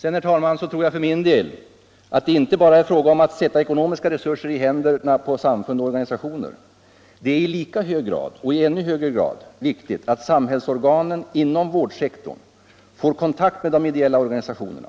Jag tror vidare, herr talman, att det inte bara är fråga om att ge samfund och organisationer ekonomiska resurser — ännu viktigare är att samhällsorganen inom vårdsektorn får kontakt med de ideella organisationerna.